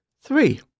three